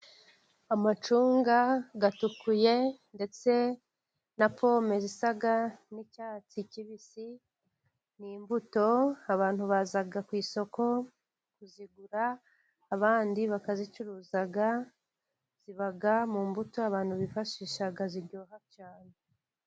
Amacunga atukuye, ndetse na pome zisa n'icyatsi kibisi. Ni imbuto abantu baza ku isoko kuzigura, abandi bakazicuruza. Ziba mu mbuto abantu bifashisha ziryoha cyane.